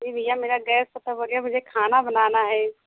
नहीं भैया मेरा गैएस ख़त्म हो गया मुझे खाना बनाना है